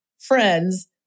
friends